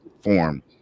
form